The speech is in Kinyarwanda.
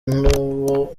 n’uwo